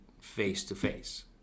face-to-face